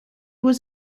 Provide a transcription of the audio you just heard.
was